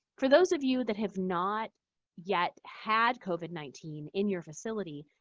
for those of you that have not yet had covid nineteen in your facility,